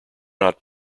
not